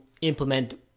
implement